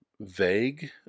vague